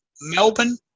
Melbourne